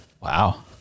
Wow